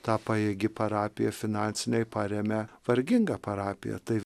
ta pajėgi parapija finansiniai paremia vargingą parapiją taip